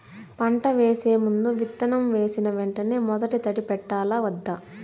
పంట వేసే ముందు, విత్తనం వేసిన వెంటనే మొదటి తడి పెట్టాలా వద్దా?